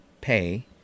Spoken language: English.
pay